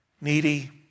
needy